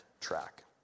track